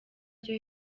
cyo